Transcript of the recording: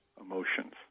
emotions